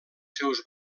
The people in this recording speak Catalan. seus